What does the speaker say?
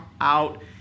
out